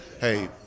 hey